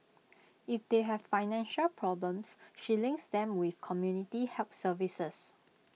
if they have financial problems she links them with community help services